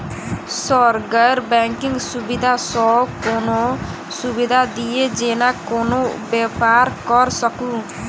Sir गैर banking सुविधा सँ कोनों सुविधा दिए जेना कोनो व्यापार करऽ सकु?